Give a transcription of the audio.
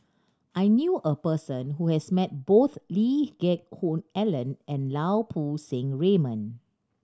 I knew a person who has met both Lee Geck Hoon Ellen and Lau Poo Seng Raymond